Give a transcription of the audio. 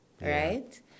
Right